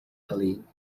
helene